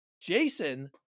Jason